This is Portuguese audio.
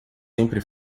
sempre